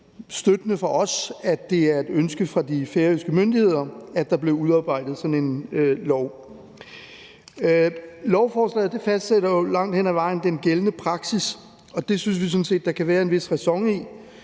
støtten fra os mindre, at det er et ønske fra de færøske myndigheder, at der bliver udarbejdet sådan en lov. Lovforslagene fastsætter jo langt hen ad vejen den gældende praksis, og det synes vi sådan set der kan være en vis ræson i.